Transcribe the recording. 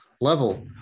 level